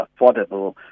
affordable